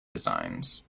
designs